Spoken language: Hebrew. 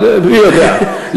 אבל מי יודע,